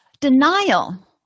Denial